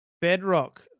bedrock